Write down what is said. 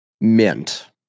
Mint